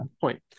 point